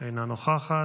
אינה נוכחת,